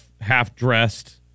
half-dressed